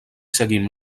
seguim